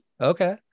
okay